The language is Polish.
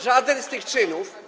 Żaden z tych czynów.